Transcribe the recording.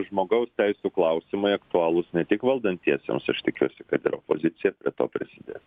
žmogaus teisių klausimai aktualūs ne tik valdantiesiems aš tikiuosi kad ir opozicija prie to prisidės